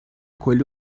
کلی